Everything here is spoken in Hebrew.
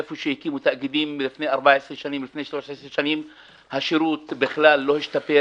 איפה שהקימו תאגידים לפני 14 שנים ולפני 13 שנים השירות בכלל לא השתפר.